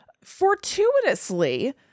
fortuitously